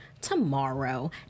tomorrow